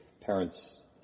parents